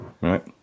right